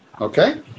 Okay